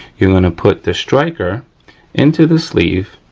you're gonna put the striker into the sleeve